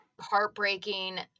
heartbreaking